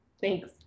Thanks